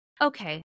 okay